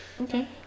okay